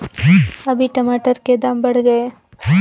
अभी टमाटर के दाम बढ़ गए